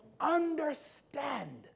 understand